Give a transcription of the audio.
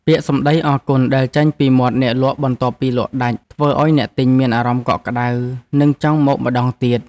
ពាក្យសម្ដីអរគុណដែលចេញពីមាត់អ្នកលក់បន្ទាប់ពីលក់ដាច់ធ្វើឱ្យអ្នកទិញមានអារម្មណ៍កក់ក្ដៅ និងចង់មកម្ដងទៀត។